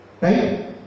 Right